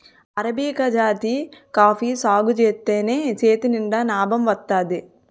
arabica జాతి coffee సాగుజేత్తేనే చేతినిండా నాబం వత్తాది